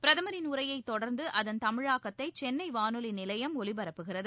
பிரதமின் உரையை தொடர்ந்து அதன் தமிழாக்கத்தை சென்னை வானொலி நிலையம் ஒலிபரப்புகிறது